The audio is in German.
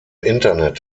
internet